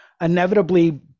Inevitably